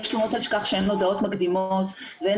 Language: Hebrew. יש תלונות על כך שאין הודעות מקדימות ואין